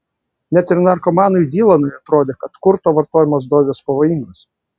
net ir narkomanui dylanui atrodė kad kurto vartojamos dozės pavojingos